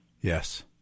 Yes